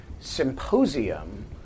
symposium